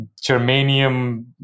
germanium